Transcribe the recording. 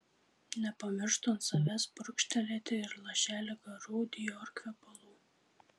nepamirštu ant savęs purkštelėti ir lašelį gerų dior kvepalų